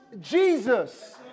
Jesus